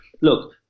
look